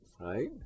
right